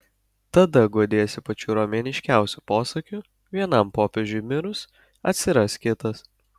tada guodiesi pačiu romėniškiausiu posakiu vienam popiežiui mirus atsiras kitas